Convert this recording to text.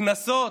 קנסות,